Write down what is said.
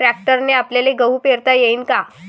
ट्रॅक्टरने आपल्याले गहू पेरता येईन का?